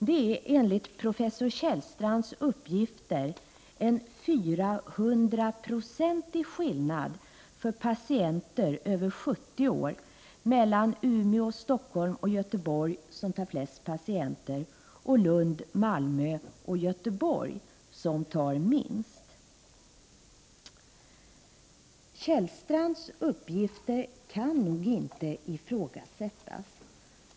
Det är enligt professor Kjellstrands uppgifter en 400 procentig skillnad för patienter över 70 år mellan Umeå och Stockholm, som tar flest patienter, och Lund, Malmö och Göteborg, som tar minst. Professor Kjellstrands uppgifter kan nog inte ifrågasättas.